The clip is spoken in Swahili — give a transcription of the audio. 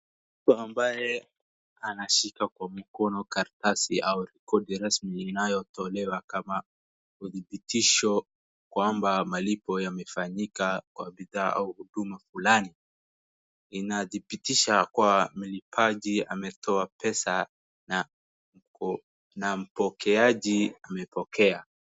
Mtu ambaye anashika kwa mkono karatsi au rekodi rasmi inayotolewa kama udbibitisho kwamba malipo yamefanyika kwa bidhaa au huduma fulani. Inadhibitisha kuwa mlipaji ametoa pesa na mpokeaji amepokea.